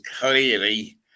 Clearly